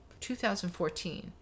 2014